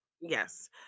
yes